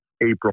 April